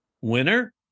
Winner